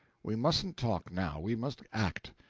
we mustn't talk now, we must act.